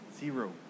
Zero